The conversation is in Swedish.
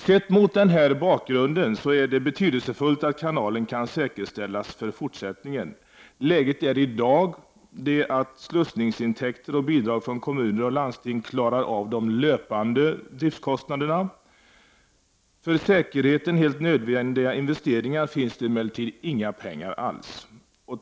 Det är mot denna bakgrund betydelsefullt att kanalen kan bevaras för framtiden. Läget är i dag det att slussningsintäkter och bidrag från kommuner och landsting klarar de löpande driftskostnaderna. Till för säkerheten helt nödvändiga investeringar finns det emellertid inga pengar alls.